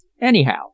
Anyhow